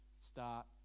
Start